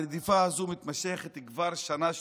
הרדיפה הזאת נמשכת כבר שנה שלמה,